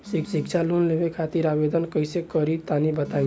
शिक्षा लोन लेवे खातिर आवेदन कइसे करि तनि बताई?